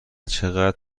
چقد